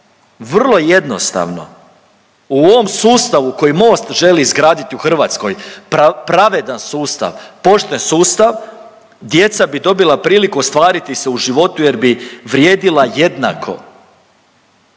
Vrlo jednostavno. U ovom sustavu koji Most želi izgraditi u Hrvatskoj, pravedan sustav, pošten sustav djeca bi dobila priliku ostvariti se u životu jer bi vrijedila jednako.